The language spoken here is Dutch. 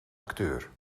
acteur